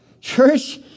Church